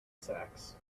sax